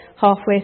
halfway